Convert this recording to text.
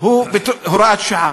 הוא הוראת שעה: